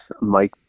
Mike